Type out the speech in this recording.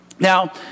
Now